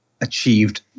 achieved